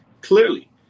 clearly